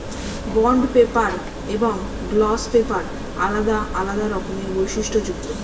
bond paper এবং gloss paper আলাদা আলাদা রকমের বৈশিষ্ট্যযুক্ত